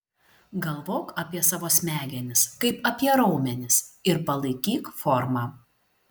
galvok apie savo smegenis kaip apie raumenis ir palaikyk formą